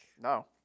No